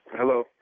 Hello